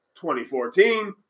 2014